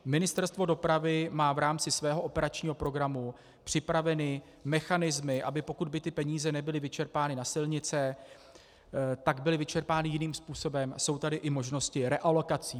Ministerstvo dopravy má v rámci svého operačního programu připraveny mechanismy, aby pokud by ty peníze nebyly vyčerpány na silnice, tak byly vyčerpány jiným způsobem, a jsou tady i možnosti realokací.